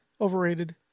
Overrated